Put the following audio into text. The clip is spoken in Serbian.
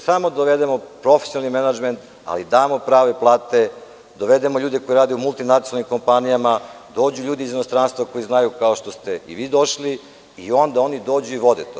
Samo dovedemo profesionalni menadžment, ali damo prave plate, dovedemo ljude koji rade u multinacionalnim kompanijama, dođu ljudi iz inostranstva koji znaju, kao što ste i vi došli i onda dođu i vode to.